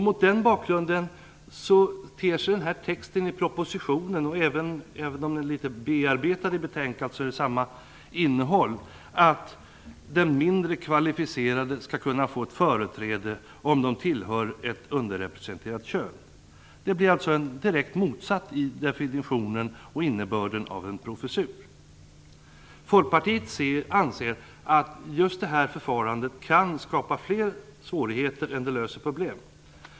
Mot den bakgrunden ter sig texten i propositionen och även i betänkandet att de mindre kvalificerade skall kunna få företräde om de tillhör ett underrepresenterat kön. Det blir en direkt motsats till definitionen och innebörden av en professur. Folkpartiet anser att det här förfarandet kan skapa fler svårigheter än det löser problem.